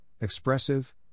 expressive